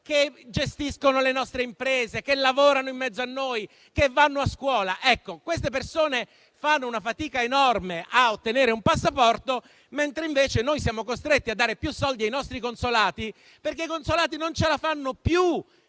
che gestiscono le nostre imprese, che lavorano in mezzo a noi, che vanno a scuola. Ebbene, queste persone fanno una fatica enorme a ottenere un passaporto, mentre siamo costretti a dare più soldi ai nostri consolati perché non ce la fanno più: